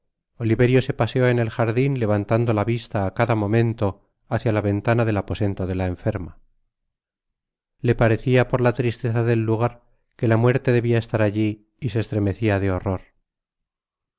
oliverio se paseó en el jardin levantando la vista á cada momento hácia la ventana del aposento de la enferma le parecia por la tristeza del lugar que la muerte debia estar alli yl se estremecia de horror